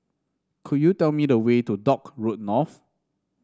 could you tell me the way to Dock Road North